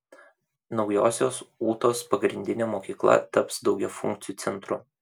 naujosios ūtos pagrindinė mokykla taps daugiafunkciu centru